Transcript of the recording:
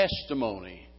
testimony